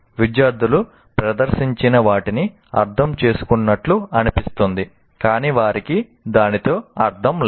విద్యార్థులు ప్రదర్శించిన వాటిని అర్థం చేసుకున్నట్లు అనిపిస్తుంది కాని వారికి దానితో అర్థం లేదు